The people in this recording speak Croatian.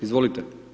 Izvolite.